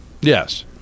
Yes